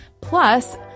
plus